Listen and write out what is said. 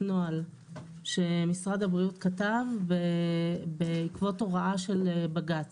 נוהל שמשרד הבריאות כתב בעקבות הוראה של בג"ץ.